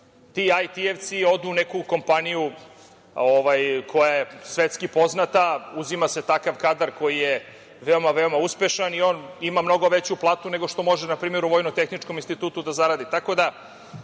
ti IT-evci odu u neku kompaniju koja je svetski poznata, uzima se takav kadar koji je veoma, veoma uspešan i on ima mnogo veću platu nego što može npr. u Vojno-tehničkom institutu da zaradi,